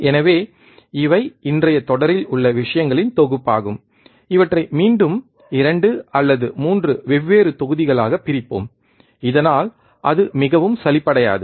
எனவே இவை இன்றைய தொடரில் உள்ள விஷயங்களின் தொகுப்பாகும் இவற்றை மீண்டும் 2 அல்லது 3 வெவ்வேறு தொகுதிகளாகப் பிரிப்போம் இதனால் அது மிகவும் சலிப்படையாது